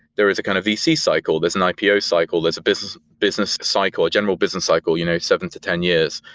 there is a kind of vc cycle, there's an ipo cycle, there's a business cycle, a general business cycle you know seven to ten years.